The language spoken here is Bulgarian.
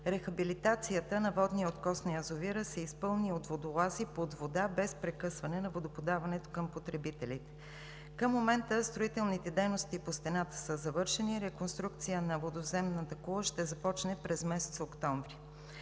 рехабилитацията на водния откос на язовира се изпълни под вода от водолази без прекъсване на водоподаването към потребителите. Към момента строителните дейности по стената са завършени, реконструкцията на водоземната кула ще започне месец октомври.